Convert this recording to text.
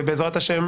ובעזרת השם,